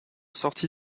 sortie